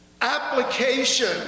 application